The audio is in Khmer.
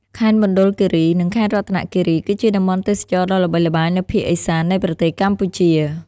ខេត្តមណ្ឌលគិរី និងខេត្តរតនគិរី គឺជាតំបន់ទេសចរណ៍ដ៏ល្បីល្បាញនៅភាគឦសាននៃប្រទេសកម្ពុជា។